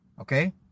Okay